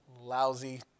Lousy